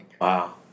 Wow